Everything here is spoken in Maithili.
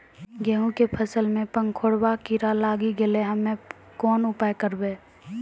गेहूँ के फसल मे पंखोरवा कीड़ा लागी गैलै हम्मे कोन उपाय करबै?